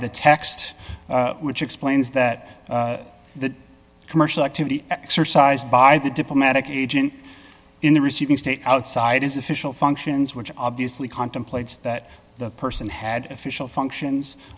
the text which explains that that commercial activity exercised by the diplomatic agent in the receiving state outside his official functions which obviously contemplates that the person had official functions